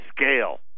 scale